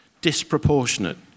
disproportionate